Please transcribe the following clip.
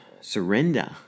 surrender